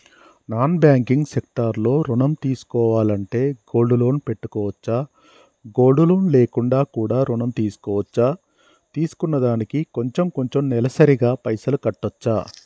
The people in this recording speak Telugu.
నాన్ బ్యాంకింగ్ సెక్టార్ లో ఋణం తీసుకోవాలంటే గోల్డ్ లోన్ పెట్టుకోవచ్చా? గోల్డ్ లోన్ లేకుండా కూడా ఋణం తీసుకోవచ్చా? తీసుకున్న దానికి కొంచెం కొంచెం నెలసరి గా పైసలు కట్టొచ్చా?